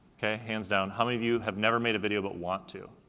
okay, hands down. how many of you have never made a video, but want to.